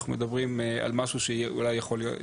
אנחנו מדברים על משהו שאולי יכול להיות,